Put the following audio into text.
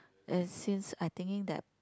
and since I thinking that